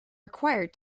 required